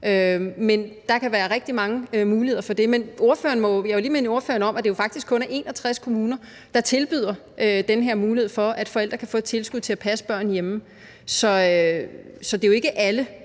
men der kan være rigtig mange muligheder for det. Men jeg vil lige minde ordføreren om, at det faktisk kun er 61 kommuner, der tilbyder den her mulighed for, at forældre kan få tilskud til at passe børn hjemme. Så det er jo ikke alle,